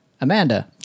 amanda